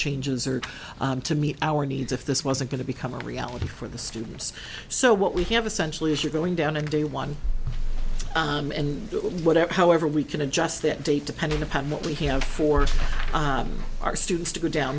changes are to meet our needs if this wasn't going to become a reality for the students so what we have essentially is you're going down a day one and whatever however we can adjust that date depending upon what we have for our students to go